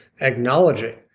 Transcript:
acknowledging